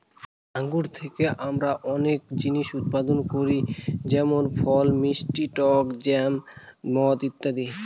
আঙ্গুর থেকে আমরা অনেক জিনিস উৎপাদন করি যেমন ফল, মিষ্টি টক জ্যাম, মদ ইত্যাদি